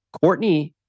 Courtney